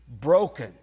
broken